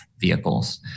vehicles